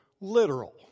literal